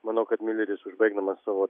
manau kad miuleris užbaigdamas savo